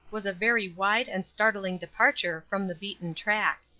was a very wide and startling departure from the beaten track.